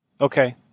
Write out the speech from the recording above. Okay